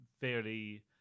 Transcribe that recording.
fairly